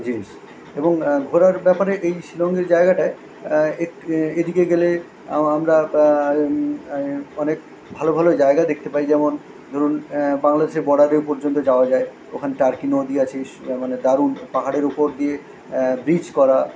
জিনিস এবং ঘোরার ব্যাপারে এই শিলংয়ের জায়গাটায় একটু এদিকে গেলে আমরা আমি অনেক ভালো ভালো জায়গা দেখতে পাই যেমন ধরুন বাংলাদেশের বর্ডারের পর্যন্ত যাওয়া যায় ওখানে টার্কি নদী আছেস মানে দারুণ পাহাড়ের উপর দিয়ে ব্রিজ করা